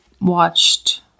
watched